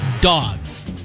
dogs